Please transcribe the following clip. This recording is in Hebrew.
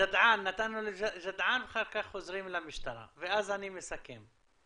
גדעאן ואחר כך חוזרים למשטרה ואז אני מסכם.